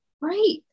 Right